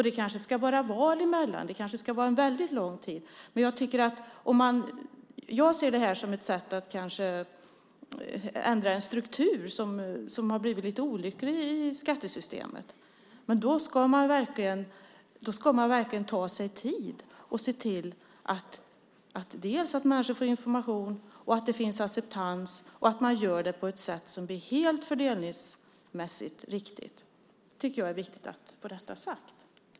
Det kanske ska vara val emellan och en väldigt lång tid. Jag ser det som ett sätt att ändra en struktur som har blivit lite olycklig i skattesystemet. Men då ska man verkligen ta sig tid och se till dels att människor får information, dels att det finns acceptans och dels att man gör det på ett sätt som är fördelningsmässigt helt riktigt. Jag tycker att det är viktigt.